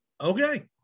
Okay